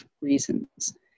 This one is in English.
reasons